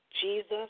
Jesus